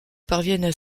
parviennent